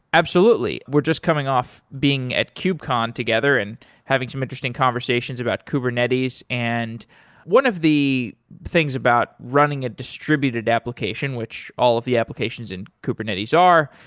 absolutely. we're just coming off being at cube-con together and having some interesting conversations about kubernetes, and one of the things about running a distributed application, which all of the applications in kubernetes are,